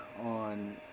on